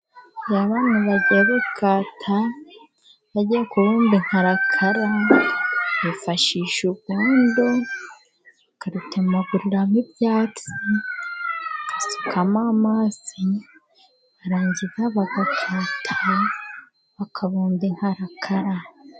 Iyo abantu bagiye gukata bagiye kubumba inkarakara, bifashisha urwondo bakarutemaguriramo ibyatsi, bagasukamo amazi, barangiza bagakata bakabumba inkarakara.